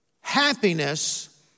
Happiness